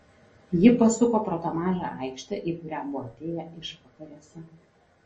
ji pasuko pro tą mažą aikštę į kurią buvo atėję išvakarėse